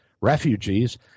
refugees